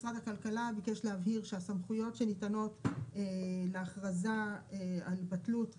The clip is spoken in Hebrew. משרד הכלכלה ביקש להבהיר שהסמכויות שניתנות להכרזה על התלות ,